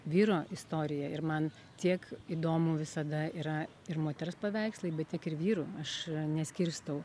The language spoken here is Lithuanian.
vyro istorija ir man tiek įdomu visada yra ir moters paveikslai bet tiek ir vyrų aš neskirstau